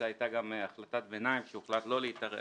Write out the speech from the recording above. הייתה גם החלטת ביניים שהוחלט לא להתערב